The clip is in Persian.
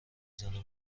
زنه